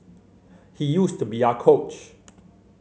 he used to be our coach